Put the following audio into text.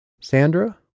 Sandra